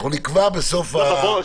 אנחנו נקבע בסוף --- היושב-ראש,